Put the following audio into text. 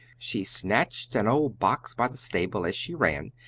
she snatched an old box by the stable as she ran,